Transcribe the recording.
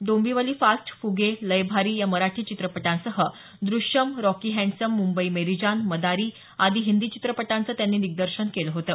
Dombivli fast Fugay Lai Bhaari या मराठी चित्रपटांसह Drishyam Rocky Handsome Mumbai Meri Jaan Madaari आदी हिंदी चित्रपटांचं त्यांनी दिग्दर्शन केलं होतं